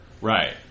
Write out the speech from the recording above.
Right